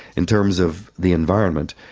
in terms of the environment,